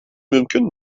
mümkün